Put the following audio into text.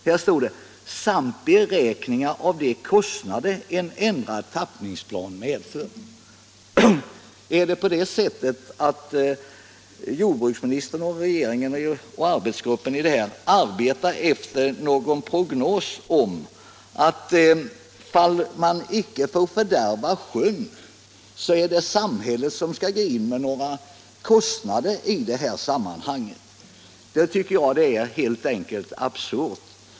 Där står: ”-—-- samt beräkning av de kostnader en ändrad tappningsplan medför.” Arbetar regeringen och arbetsgruppen efter något slags prognos som innebär att ifall man inte fördärvar sjön, så skall samhället träda in ekonomiskt i det här sammanhanget? Något sådant tycker jag skulle vara absurt.